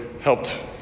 helped